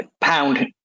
Pound